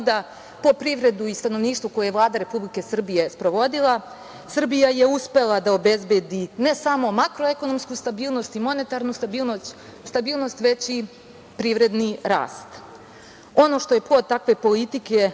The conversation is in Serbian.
po privredu i stanovništvo koje Vlada Republike Srbije sprovodila, Srbija je uspela da obezbedi ne samo makro-ekonomsku stabilnost i monetarnu stabilnost, već i privredni rast. Ono što je plod takve politike,